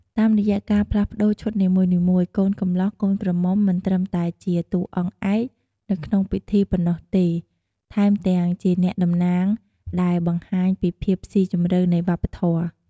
តាមរយៈការផ្លាស់ប្ដូរឈុតនីមួយៗ កូនកម្លោះកូនក្រមុំមិនត្រឹមតែជាតួអង្គឯកនៅក្នុងពិធីប៉ុណ្ណោះទេ ថែមទាំងជាអ្នកតំណាងដែលបង្ហាញពីភាពស៊ីជម្រៅនៃវប្បធម៌។